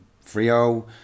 Frio